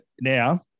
Now